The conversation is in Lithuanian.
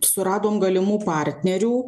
suradom galimų partnerių